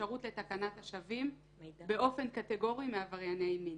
האפשרות לתקנת השבים באופן קטגורי מעברייני מין.